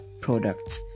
products